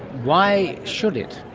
why should it?